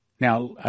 Now